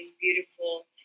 beautiful